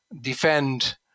defend